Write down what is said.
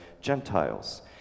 Gentiles